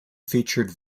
featured